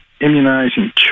immunizing